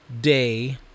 day